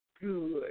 good